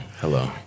Hello